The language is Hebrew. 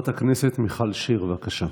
חברת הכנסת מיכל שיר, בבקשה.